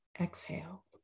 exhale